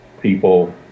people